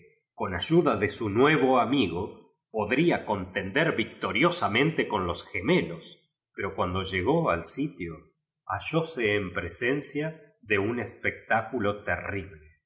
con ayuda de su nuevo amiga podría contender victoriosamente con los gemelos pero cuan do llegó al sitio bailóse en presencia de un espectáculo terrible